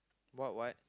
what what